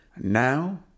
Now